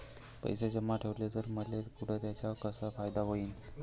पैसे जमा ठेवले त मले पुढं त्याचा कसा फायदा होईन?